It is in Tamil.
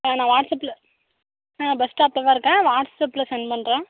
நான் வாட்ஸ்அப்பில் பஸ் ஸ்டாப்பில் தான் இருக்கேன் வாட்ஸ்அப்பில் சென்ட் பண்ணுறேன்